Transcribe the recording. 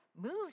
moves